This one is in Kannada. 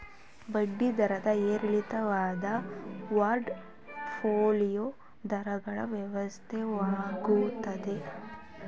ಬಡ್ಡಿ ದರಗಳು ಏರಿಳಿತವಾದಂತೆ ಬಾಂಡ್ ಫೋಲಿಯೋ ದರಗಳು ವ್ಯತ್ಯಾಸವಾಗುತ್ತದೆ